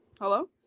Hello